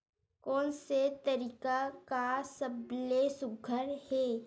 कोन से तरीका का सबले सुघ्घर हे?